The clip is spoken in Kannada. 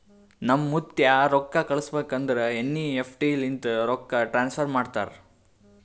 ನಮ್ ಮುತ್ತ್ಯಾ ರೊಕ್ಕಾ ಕಳುಸ್ಬೇಕ್ ಅಂದುರ್ ಎನ್.ಈ.ಎಫ್.ಟಿ ಲಿಂತೆ ರೊಕ್ಕಾ ಟ್ರಾನ್ಸಫರ್ ಮಾಡ್ತಾರ್